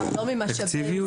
לא ממשאבי משרד החינוך.